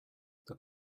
the